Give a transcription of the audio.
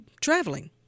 traveling